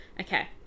Okay